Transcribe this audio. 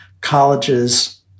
colleges